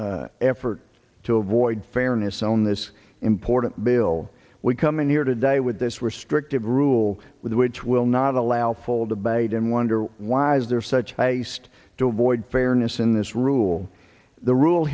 strange effort to avoid fairness own this important bill we come in here today with this restrictive rule with which will not allow full debate and wonder why is there such haste to avoid fairness in this rule the rule